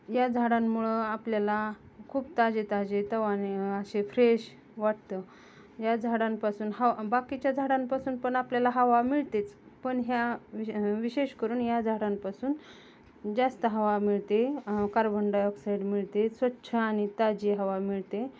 या झाडांमुळं आपल्याला खूप ताजे ताजे तवाने असे फ्रेश वाटतं या झाडांपासून हवा बाकीच्या झाडांपासून पण आपल्याला हवा मिळतेच पण ह्या विश विशेष करून या झाडांपासून जास्त हवा मिळते कार्बन डायऑक्साईड मिळते स्वच्छ आणि ताजी हवा मिळते